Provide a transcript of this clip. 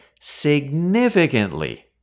significantly